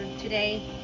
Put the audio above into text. today